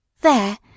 There